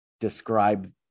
describe